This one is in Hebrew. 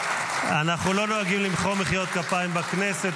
אנחנו לא נוהגים למחוא מחיאות כפיים בכנסת.